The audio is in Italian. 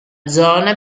zona